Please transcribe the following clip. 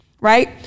right